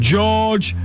George